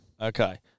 Okay